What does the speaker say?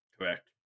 Correct